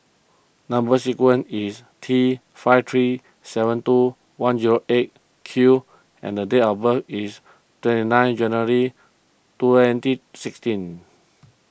Number Sequence is T five three seven two one eight Q and the date of birth is twenty nine January twenty sixteen